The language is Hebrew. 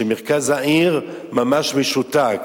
שמרכז העיר ממש משותק.